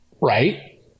right